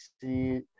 see